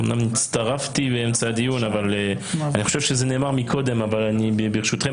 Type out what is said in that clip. אמנם הצטרפתי באמצע הדיון אבל אני חושב שזה נאמר קודם אבל ברשותכם,